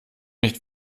nicht